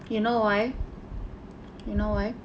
you know why you know why